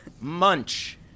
Munch